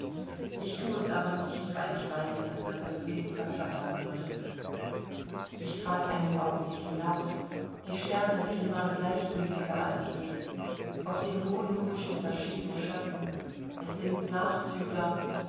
ich thu es aber nicht weil ich weiß daß dann das bild zerflattern würde ich trat einen augenblick hinaus die sterne flimmern gleichgültiger als je auf dem boden huschen verschiedene schatten es sind nachzügler